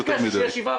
זה רבע אחוז יותר מדי.